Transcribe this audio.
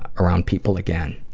around people again.